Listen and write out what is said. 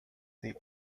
the